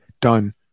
done